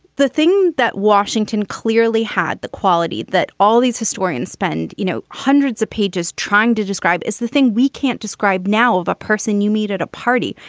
the thing that washington clearly had, the quality that all these historians spend, you know, hundreds of pages trying to describe is the thing we can't describe now of a person you meet at a party,